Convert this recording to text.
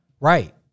Right